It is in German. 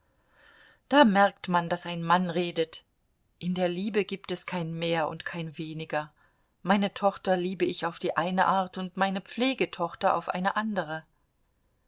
da merkt man daß ein mann redet in der liebe gibt es kein mehr und kein weniger meine tochter liebe ich auf die eine art und meine pflegetochter auf eine andere